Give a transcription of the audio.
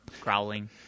growling